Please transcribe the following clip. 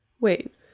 Wait